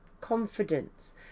confidence